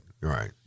right